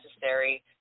necessary